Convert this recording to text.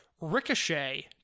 Ricochet